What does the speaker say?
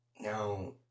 now